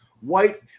White